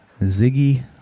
Ziggy